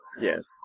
Yes